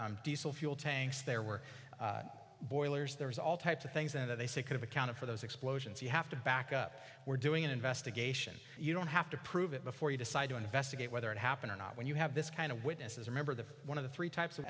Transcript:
were diesel fuel tanks there were boilers there's all types of things that they say could have accounted for those explosions you have to back up we're doing an investigation you don't have to prove it before you decide to investigate whether it happened or not when you have this kind of witnesses remember the one of the three types of